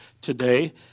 today